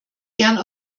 gerne